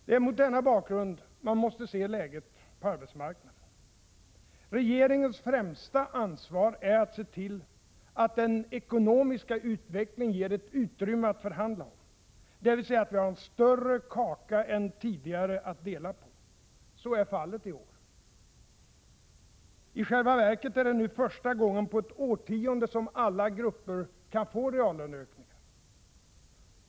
Det är mot denna bakgrund man måste se läget på arbetsmarknaden. Regeringens främsta ansvar är att se till att den ekonomiska utvecklingen ger ett utrymme att förhandla om, dvs. att vi har en större kaka än tidigare att dela på. Så är fallet i år. I själva verket är det nu första gången på ett årtionde som alla grupper kan få reallönehöjningar.